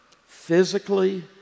physically